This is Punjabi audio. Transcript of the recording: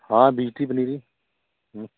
ਹਾਂ ਬੀਜਤੀ ਪਨੀਰੀ ਹੂੰ